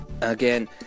again